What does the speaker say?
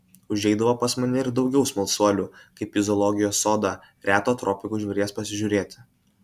užeidavo pas mane ir daugiau smalsuolių kaip į zoologijos sodą reto tropikų žvėries pasižiūrėti